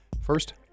First